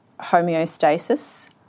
homeostasis